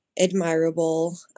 admirable